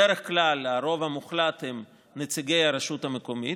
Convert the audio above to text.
בדרך כלל הרוב המוחלט הם נציגי הרשות המקומית,